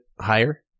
higher